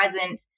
present